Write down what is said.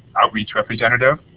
outreach representative.